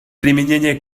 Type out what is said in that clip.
применения